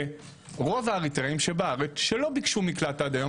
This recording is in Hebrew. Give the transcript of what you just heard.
לרוב האריתראים שבארץ שלא ביקשו מקלט עד היום